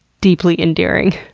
deeply endearing.